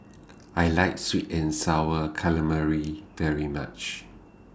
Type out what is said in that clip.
I like Sweet and Sour Calamari very much